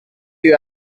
you